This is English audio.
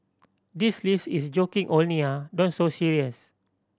this list is joking only ah don't so serious